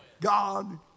God